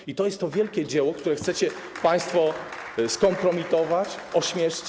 I to jest to wielkie dzieło, które chcecie państwo skompromitować, ośmieszyć.